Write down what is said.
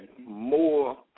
more